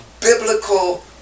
biblical